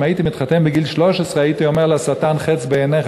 אם הייתי מתחתן בגיל 13 הייתי אומר לשטן "חץ בעיניך",